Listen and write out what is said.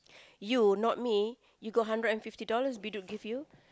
you not me you got hundred and fifty dollars Biduk give you